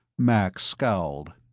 max scowled.